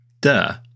Duh